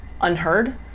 unheard